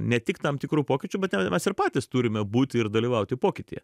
ne tik tam tikrų pokyčių bet mes ir patys turime būti ir dalyvauti pokytyje